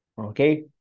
Okay